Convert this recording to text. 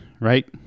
right